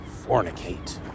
Fornicate